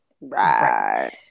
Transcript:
Right